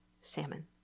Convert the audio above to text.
Salmon